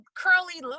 curly